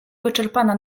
wyczerpana